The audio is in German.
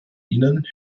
ihnen